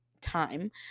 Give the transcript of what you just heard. time